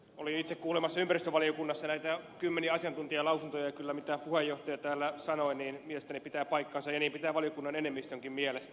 olin itse kuulemassa ympäristövaliokunnassa näitä kymmeniä asiantuntijalausuntoja ja kyllä se mitä puheenjohtaja täällä sanoi mielestäni pitää paikkansa ja niin pitää valiokunnan enemmistönkin mielestä